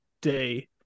day